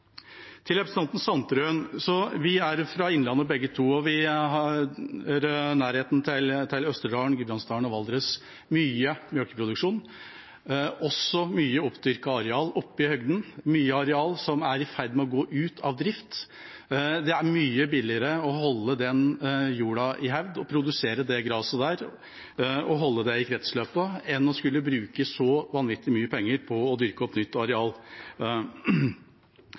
Til representanten Sandtrøen: Vi er fra Innlandet begge to, og vi har nærheten til Østerdalen, Gudbrandsdalen og Valdres, med mye melkeproduksjon, også mye oppdyrket areal oppe i høgden og mye areal som er i ferd med å gå ut av drift. Det er mye billigere å holde den jorda i hevd, produsere gras og holde det i kretsløpet enn å bruke så vanvittig mye penger på å dyrke opp nytt areal.